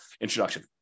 introduction